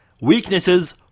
weaknesses